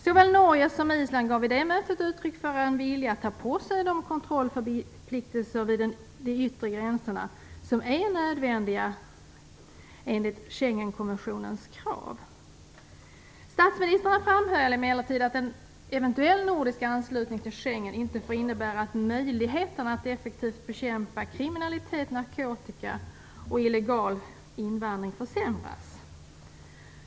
Såväl Norge som Island gav vid det mötet uttryck för en vilja att ta på sig de kontrollförpliktelser vid de yttre gränserna som är nödvändiga enligt Schengenkonventionens krav. Statsministrarna framhöll emellertid att en eventuell nordisk anslutning till Schengen inte får innebära att möjligheterna att effektivt bekämpa kriminalitet, narkotika och illegal invandring försämras.